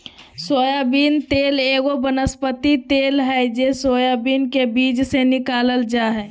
soybean तेल एगो वनस्पति तेल हइ जे सोयाबीन के बीज से निकालल जा हइ